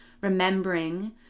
remembering